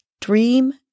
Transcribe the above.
dream